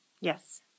Yes